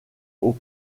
aux